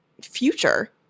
future